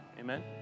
amen